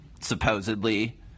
supposedly